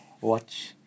watch